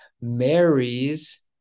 marries